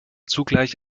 zugleich